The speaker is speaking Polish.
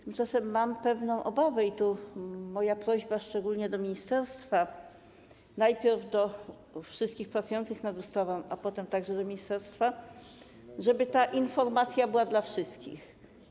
Tymczasem mam pewną obawę i tu moja prośba szczególnie do ministerstwa - najpierw do wszystkich pracujących nad ustawą, a potem także do ministerstwa - żeby ta informacja była dla wszystkich.